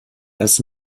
erst